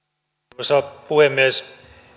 arvoisa puhemies